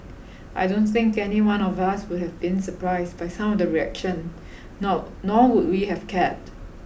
I don't think anyone of us would have been surprised by some of the reaction nor nor would we have cared